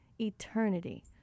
eternity